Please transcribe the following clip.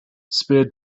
spared